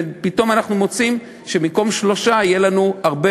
ופתאום אנחנו מוצאים שבמקום שלוש יהיו לנו הרבה